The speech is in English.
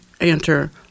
enter